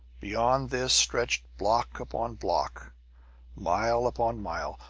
beyond this stretched block upon block mile upon mile,